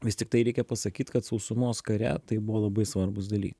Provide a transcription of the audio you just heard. vis tiktai reikia pasakyt kad sausumos kare tai buvo labai svarbūs dalykai